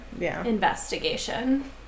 investigation